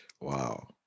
Wow